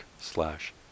slash